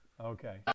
Okay